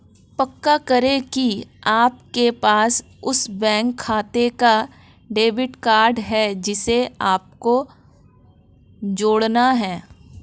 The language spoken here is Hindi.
पक्का करें की आपके पास उस बैंक खाते का डेबिट कार्ड है जिसे आपको जोड़ना है